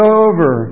over